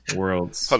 worlds